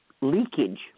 leakage